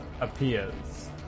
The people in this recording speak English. appears